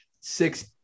six